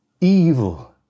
evil